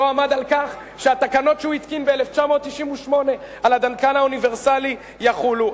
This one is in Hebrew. לא עמד על כך שהתקנות שהוא התקין ב-1998 על הדלקן האוניברסלי יחולו.